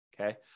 Okay